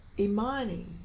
Imani